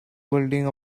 building